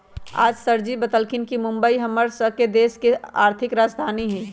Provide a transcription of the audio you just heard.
आज सरजी बतलथिन ह कि मुंबई हम्मर स के देश के आर्थिक राजधानी हई